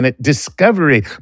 discovery